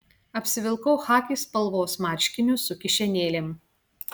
apsivilkau chaki spalvos marškinius su kišenėlėm